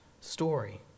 story